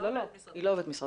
הזה.